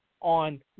on